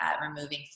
removing